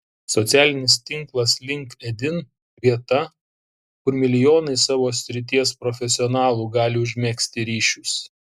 socialinis tinklas linkedin vieta kur milijonai savo srities profesionalų gali užmegzti ryšius